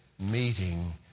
meeting